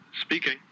speaking